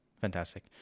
fantastic